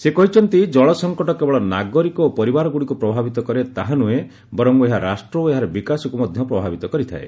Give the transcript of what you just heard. ସେ କହିଛନ୍ତି ଜଳସଂକଟ କେବଳ ନାଗରିକ ଓ ପରିବାରଗୁଡ଼ିକୁ ପ୍ରଭାବିତ କରେ ତାହା ନୁହେଁ ବରଂ ଏହା ରାଷ୍ଟ୍ର ଓ ଏହାର ବିକାଶକୁ ମଧ୍ୟ ପ୍ରଭାବିତ କରିଥାଏ